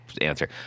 answer